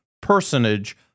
personage